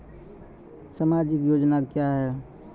समाजिक योजना क्या हैं?